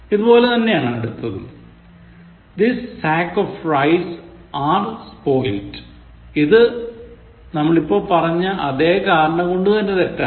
ഇതുപോലെ തന്നെയാണ് അടുത്തതു This sack of rice are spoilt ഇത് നമ്മൾ ഇപ്പോൾ പറഞ്ഞ അതേ കാരണം കൊണ്ടുതന്നെ തെറ്റാണ്